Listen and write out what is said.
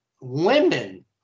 women